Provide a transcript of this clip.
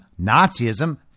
Nazism